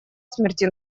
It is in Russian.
смерти